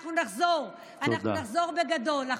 ואנחנו נחזור, אנחנו נחזור בגדול.